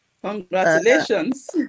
Congratulations